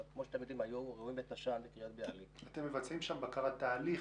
כמו שאתם יודעים --- אתם מבצעים שם בקרת תהליך,